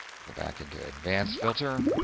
go back into advanced filter,